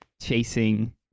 chasing